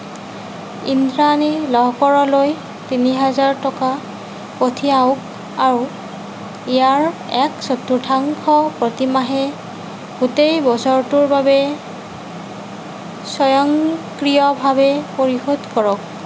ইন্দ্ৰাণী লহকৰলৈ তিনি হাজাৰ টকা পঠিয়াওক আৰু ইয়াৰ এক চতুৰ্থাংশ প্ৰতিমাহে গোটেই বছৰটোৰ বাবে স্বয়ংক্ৰিয়ভাৱে পৰিশোধ কৰক